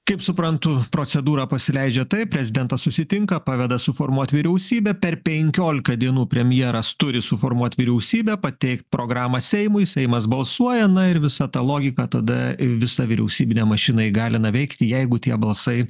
kaip suprantu procedūra pasileidžia taip prezidentas susitinka paveda suformuot vyriausybę per penkiolika dienų premjeras turi suformuot vyriausybę pateikt programą seimui seimas balsuoja na ir visa ta logika tada visą vyriausybinę mašiną įgalina veikti jeigu tie balsai